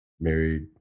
married